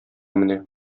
менә